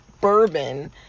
bourbon